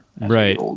right